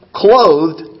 Clothed